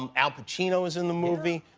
um al pacino is in the movie